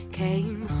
came